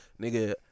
nigga